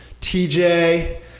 TJ